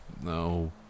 no